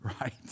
right